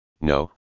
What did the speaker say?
no